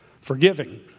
forgiving